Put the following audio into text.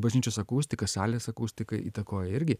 bažnyčios akustika salės akustika įtakoja irgi